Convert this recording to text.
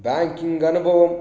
banking అనుభవం